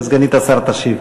סגנית השר תשיב.